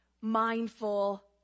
mindful